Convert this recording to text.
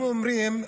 הם אומרים: